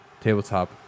tabletop